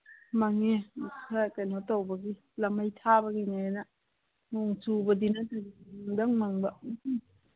ꯃꯪꯉꯦ ꯈꯔ ꯀꯩꯅꯣ ꯇꯧꯕꯒꯤ ꯂꯃꯩ ꯊꯥꯕꯒꯤꯅꯦꯅ ꯅꯣꯡ ꯆꯨꯕꯗꯤ ꯅꯠꯇꯦ ꯃꯪꯗꯪ ꯃꯪꯕ